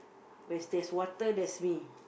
where's there's water there's me